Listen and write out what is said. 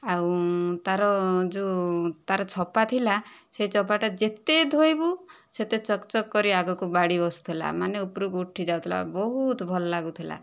ଆଉ ତା'ର ଯେଉଁ ତା'ର ଛପା ଥିଲା ସେହି ଛପାଟା ଯେତେ ଧୋଇବୁ ସେତେ ଚକ୍ ଚକ୍ କରି ଆଗକୁ ବାଡ଼ି ବସୁଥିଲା ମାନେ ଉପରକୁ ଉଠି ଯାଉଥିଲା ବହୁତ ଭଲ ଲାଗୁଥିଲା